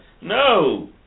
No